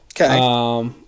Okay